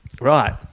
right